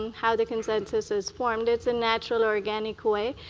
how the consensus is formed. it's a natural, organic way,